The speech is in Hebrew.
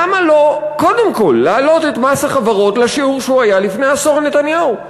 למה לא קודם כול להעלות את מס החברות לשיעור שהוא היה לפני עשור נתניהו?